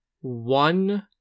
one